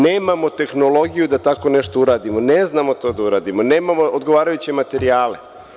Nemamo tehnologiju da tako nešto uradimo, ne znamo to da uradimo, nemamo odgovarajuće materijale.